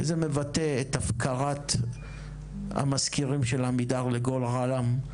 וזה מבטא את הפקרת המזכירים את עמידר לגורלם.